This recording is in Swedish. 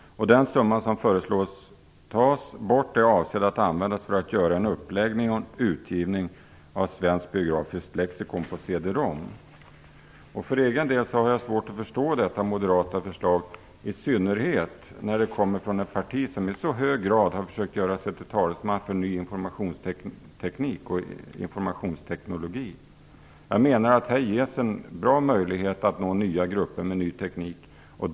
Den summa man föreslår skall tas bort är avsedd att användas för att göra en uppläggning och en utgivning av Svenskt biografiskt lexikon på CD-ROM. För egen del har jag svårt att förstå detta moderata krav, i synnerhet när det kommer från ett parti som i så hög grad har försökt göra sig till talesman för ny informationsteknik och informationsteknologi. Jag menar att det här ges en bra möjlighet att nå nya grupper med ny teknik.